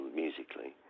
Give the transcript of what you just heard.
musically